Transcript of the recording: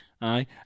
Aye